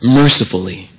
mercifully